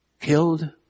killed